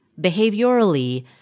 behaviorally